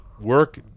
Work